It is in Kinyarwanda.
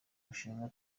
bushinwa